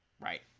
Right